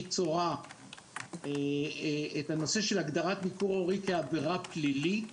צורה את הנושא של הגדרת ניכור הורי כעבירה פלילית,